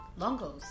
Longos